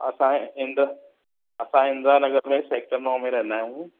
असांजे इन्दर असां इन्द्रानगर में सेक्टर नौ में रहंदा आहियूं